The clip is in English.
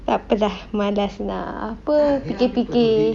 takpe lah malas nak apa fikir-fikir